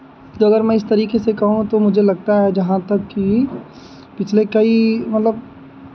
तो अगर मैं इस तरीके से कहूँ तो मुझे लगता है जहाँ तक कि पिछले कई मतलब